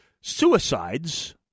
suicides